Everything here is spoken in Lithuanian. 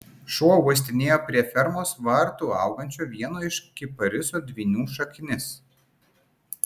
šuo uostinėjo prie fermos vartų augančio vieno iš kiparisų dvynių šaknis